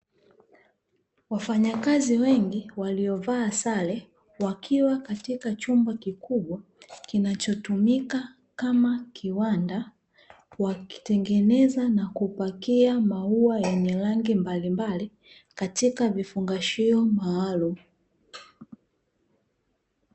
Wafanyakazi wengi waliovaa sare wakiwa katika chumba kikubwa kinachotumika kama kiwanda wakitengeneza na kupakia maua yenye rangi mbalimbali katika vifungashio maalumu .